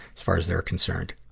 as far as they're concerned.